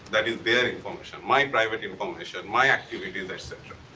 that is their information, my private information, my activities, etc.